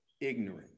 ignorant